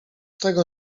tego